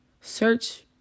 search